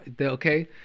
okay